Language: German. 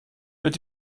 wird